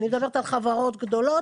אני מדברת על חברות גדולות.